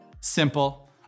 simple